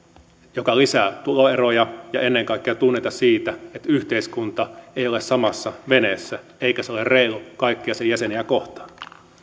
joka lisää tuloeroja ja ennen kaikkea tunnetta siitä että yhteiskunta ei ole samassa veneessä eikä se ole reilu kaikkia sen jäseniä kohtaan